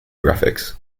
graphics